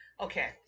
Okay